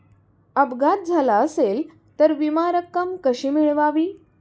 अपघात झाला असेल तर विमा रक्कम कशी मिळवावी?